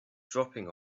dropping